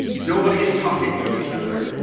nobody is talking with each other.